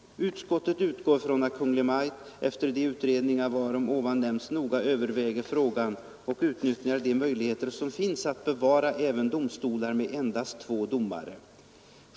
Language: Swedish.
Utskottet utgår från att Kungl. Maj:t efter de utredningar varom ovan nämnts noga överväger frågan och utnyttjar de möjligheter som finns att bevara även domstolar med endast två domare.